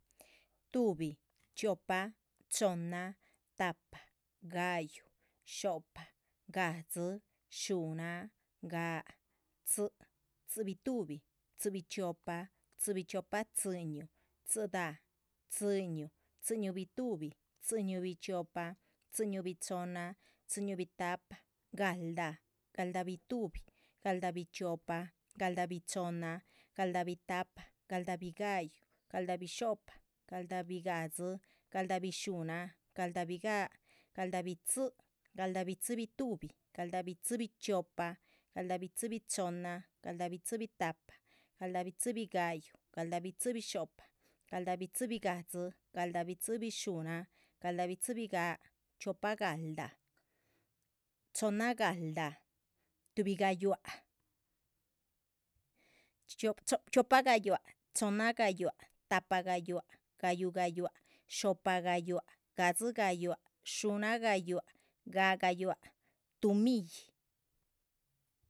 Tuhbi, chiopa, chohnna, tahpa, ga´yu, xo´pa, gahdzí, xuhnnaa, ga´, tzí, tzíbituhbi, tzíbichiopa, tzíbichiopatziñuh, tzídah, tzíñuh, tzíñuhbituhbi. tzíñuhbichiopa, tziñuhbichohnna, tziñuhbitahpa, galdáh, galdáhbituhbi, galdáhbichiopa, galdáhbichohnna, galdáhbitahpa, galdáhbiga´yu, galdahbixo´pa,. galdahbigadzi, galdahbixuhnnaa, galdahbiga´, galdahbitzí, galdahbitzíbituhbi, galdahbitzíbichiopa, galdahbitzíbichohnna, galdahbitzíbitahpa, galdahbitzíbiga´yu. galdahbitzíbixo´pa, galdahbitzíbigadzi, galdahbitzíbixuhnnaa, galdahbitzíbiga´, chiopa galdáh, chohnna galdáh, tuhbi gayúahac, chiopa gayúahac, chohnna gayúahac,. tahpa gayúahac, ga´yu gayúahac, xo´pa gayúahac, gahdzí gayúahac, xuhnnaa gayúahac, ga´ gayúahac, tuh mílli.